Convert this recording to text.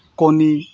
কণী